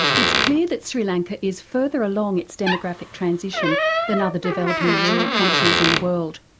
it's clear that sri lanka is further along its demographic transition than other developing rural countries in the world.